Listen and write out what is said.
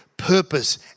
purpose